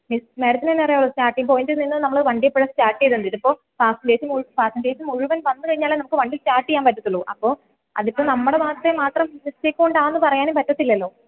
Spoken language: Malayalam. യെസ് നേരത്തെ തന്നെയറിയാമല്ലോ സ്റ്റാർട്ടിങ് പോയിന്റിൽ നിന്ന് നമ്മൾ വണ്ടി ഇപ്പോഴും സ്റ്റാർട്ട് ചെയ്തി ഇതിപ്പോൾ പാസഞ്ചേഴ്സ് പാസഞ്ചേഴ്സ് മുഴുവൻ വന്നു കഴിഞ്ഞാലേ നമുക്കു വണ്ടി സ്റ്റാർട്ട് ചെയ്യാൻ പറ്റത്തുള്ളൂ അപ്പോൾ അതിപ്പം നമ്മൾ മാത്രം മിസ്റ്റേക്ക് കൊണ്ടാണെന്നു പറയാനും പറ്റത്തില്ലല്ലോ